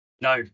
No